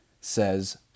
says